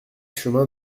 chemin